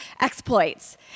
exploits